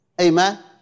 Amen